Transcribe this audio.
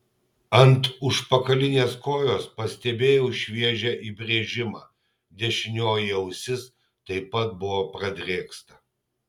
ant užpakalinės kojos pastebėjau šviežią įbrėžimą dešinioji ausis taip pat buvo pradrėksta